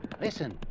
Listen